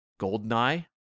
Goldeneye